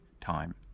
time